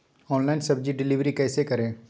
Online सब्जी deliver कैसे करें?